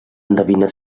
endevina